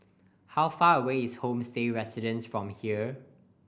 how far away is Homestay Residences from here